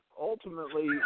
ultimately